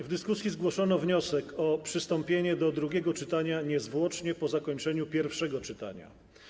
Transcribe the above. W dyskusji zgłoszono wniosek o przystąpienie do drugiego czytania niezwłocznie po zakończeniu pierwszego czytania.